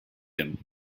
him